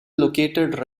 located